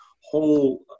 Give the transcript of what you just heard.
whole